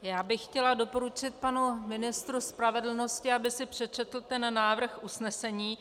Já bych chtěla doporučit panu ministru spravedlnosti, aby si přečetl ten návrh usnesení.